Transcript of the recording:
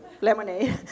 lemonade